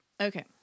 Okay